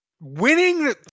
winning